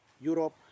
Europe